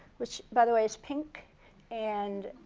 which by the way is pink and